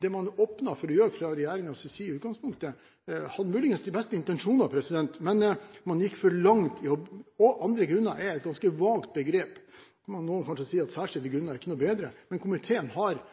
det man åpner for å gjøre fra regjeringens side i utgangspunktet, hadde muligens de beste intensjoner, men man gikk for langt – begrepet «andre grunner» er et ganske vagt begrep. Noen vil kanskje si at begrepet «særskilte grunner» ikke er noe bedre, men komiteen har